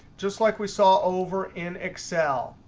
just like we saw over in excel.